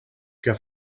que